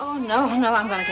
oh no no i'm going to